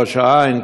ראש-העין,